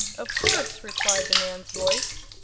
of course, replied the man's voice.